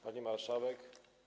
Pani Marszałek!